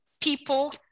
People